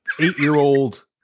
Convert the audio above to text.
eight-year-old